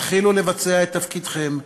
התחילו לבצע את תפקידכם,